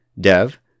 Dev